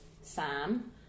Sam